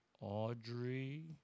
Audrey